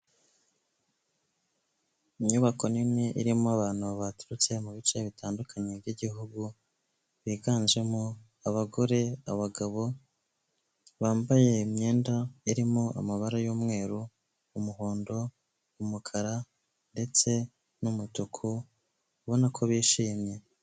Inyubako nini irimo abantu baturutse mu bice bitandukanye by'igihugu, biganjemo abagore, abagabo. Bambaye imyenda irimo amabara y'umweru, umuhondo, umukara ndetse n'umutuku, ubona ko bishimye.